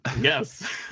Yes